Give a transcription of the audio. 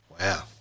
Wow